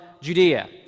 Judea